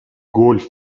گلف